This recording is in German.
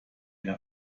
der